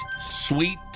sweet